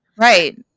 Right